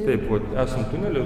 taip va esam tunely